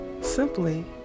simply